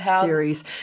series